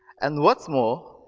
and what's more,